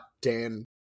Dan